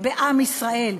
בעם ישראל.